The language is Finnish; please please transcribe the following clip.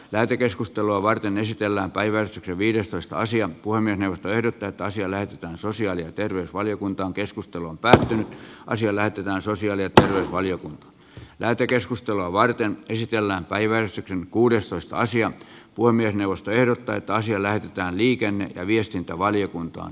lähetekeskustelua varten esitellään päivät viidestoista asian puiminen verta tai sille että sosiaali ja terveysvaliokunta on keskustelu on päättynyt ja asia lähetetään sosiaali ja terveysvaliokunta lähetekeskustelua varten esitellään kaiversi kuudestoista sija puhemiesneuvosto ehdottaa että asia lähetetään liikenne ja viestintävaliokuntaan